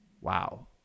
wow